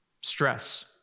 stress